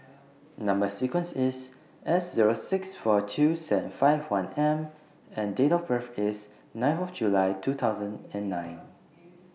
Number sequence IS S Zero six four two seven five one M and Date of birth IS nine of July two thousand and nine